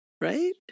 right